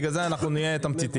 בגלל זה אנחנו נהיה תמציתיים.